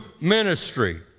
ministry